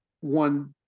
one